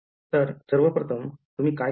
तर सर्वप्रथम तुह्मी काय कराल